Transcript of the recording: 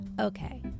Okay